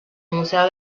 museo